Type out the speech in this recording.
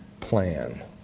plan